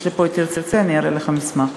אם תרצה, אני אראה לך את המסמך.